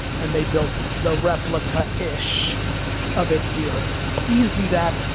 and they built the replica-ish of it here. please do that,